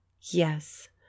Yes